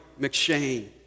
McShane